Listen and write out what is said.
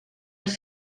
els